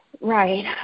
Right